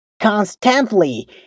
Constantly